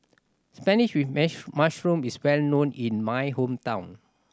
spinach with mushroom is well known in my hometown